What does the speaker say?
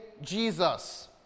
Jesus